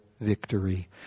victory